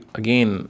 again